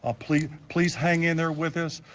ah please please hang in there with us.